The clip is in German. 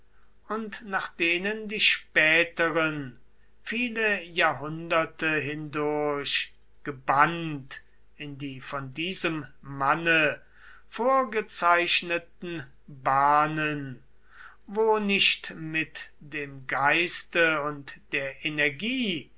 und nach denen die späteren viele jahrhunderte hindurch gebannt in die von diesem manne vorgezeichneten bahnen wo nicht mit dem geiste und der energie